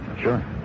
Sure